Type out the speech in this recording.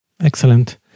Excellent